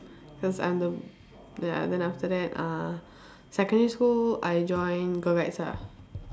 cause I'm the ya then after that uh secondary school I joined girl guides ah